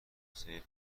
توسعه